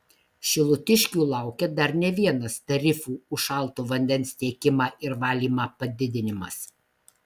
šilutiškių laukia dar ne vienas tarifų už šalto vandens tiekimą ir valymą padidinimas